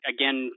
Again